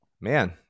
Man